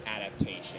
adaptation